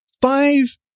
Five